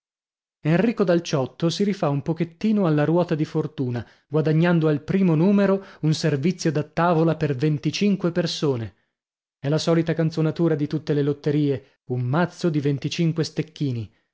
enrico dal ciotto si rifà un pochettino alla ruota di fortuna guadagnando al primo numero un servizio da tavola per venticinque persone è la solita canzonatura di tutte le lotterie un mazzo di venticinque stecchini